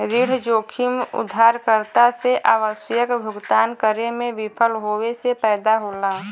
ऋण जोखिम उधारकर्ता से आवश्यक भुगतान करे में विफल होये से पैदा होला